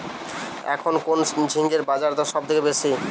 এখন কোন ঝিঙ্গের বাজারদর সবথেকে বেশি?